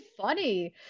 funny